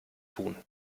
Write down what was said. tun